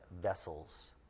vessels